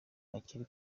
hakiri